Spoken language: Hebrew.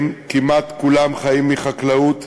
כמעט כולם חיים מחקלאות,